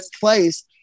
place